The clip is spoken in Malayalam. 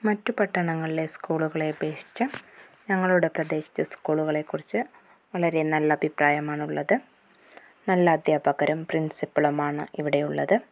മറ്റു പട്ടണങ്ങളിലെ സ്കൂളുകളെ അപേക്ഷിച്ച് ഞങ്ങളുടെ പ്രദേശത്തെ സ്കൂളുകളെക്കുറിച്ച് വളരെ നല്ലഭിപ്രായമാണുള്ളത് നല്ല അധ്യാപകരും പ്രിന്സിപ്പളും ആണ് ഇവിടെ ഉള്ളത്